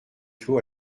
clos